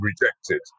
rejected